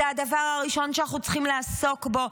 זה הדבר הראשון שאנחנו צריכים לעסוק בו,